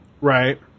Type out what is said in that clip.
right